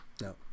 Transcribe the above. No